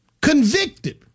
convicted